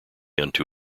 unto